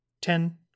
Ten